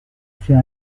fait